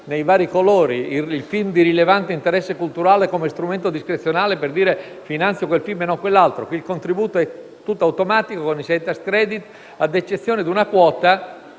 nei vari colori; i film di rilevante interesse culturale come strumento discrezionale per finanziare quel film e non quell’altro. Qui il contributo è tutto automatico, con i sei tax credit, ad eccezione di una quota